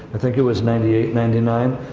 i think it was ninety eight, ninety nine,